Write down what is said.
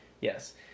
yes